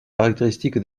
caractéristique